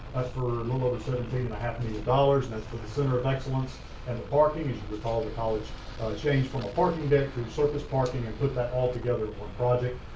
that's for little over seventeen and a half million dollars and as for the center of excellence and the parking is recalled the college changed from a parking debt to surface parking and put that all together one project.